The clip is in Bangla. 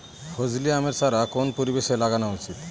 ফজলি আমের চারা কোন পরিবেশে লাগানো উচিৎ?